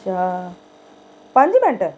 अच्छा पंज मैंट्ट